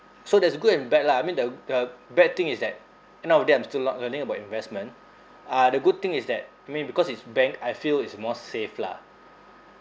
so there's a good and bad lah I mean the the bad thing is that end of the day I'm still not learning about investment uh the good thing is that I mean because it's bank I feel it's more safe lah